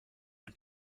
und